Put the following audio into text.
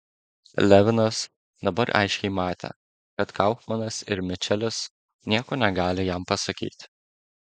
levinas dabar aiškiai matė kad kaufmanas ir mičelis nieko negali jam pasakyti